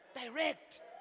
direct